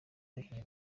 abakinnyi